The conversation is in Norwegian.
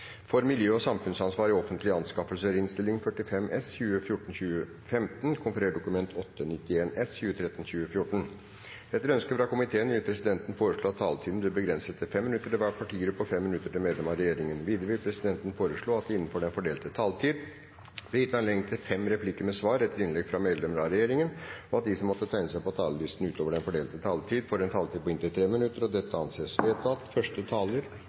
for behandling i et senere møte. – Det anses vedtatt. Etter ønske fra energi- og miljøkomiteen vil presidenten foreslå at taletiden blir begrenset til 5 minutter til hver partigruppe og 5 minutter til medlem av regjeringen. Videre vil presidenten foreslå at det blir gitt anledning til fem replikker med svar etter innlegg fra medlem av regjeringen innenfor den fordelte taletid, og at de som måtte tegne seg på talerlisten utover den fordelte taletid, får en taletid på inntil 3 minutter. – Det anses vedtatt.